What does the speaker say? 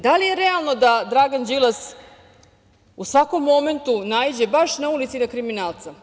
Da li je realno da Dragan Đilas u svakom momentu naiđe baš na ulici na kriminalca?